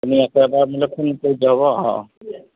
আপুনি আকৌ এবাৰ মোলৈ ফোন কৰি দিয়ক অঁ